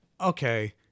okay